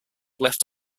left